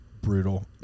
brutal